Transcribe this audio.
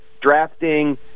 Drafting